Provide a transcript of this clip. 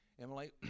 Emily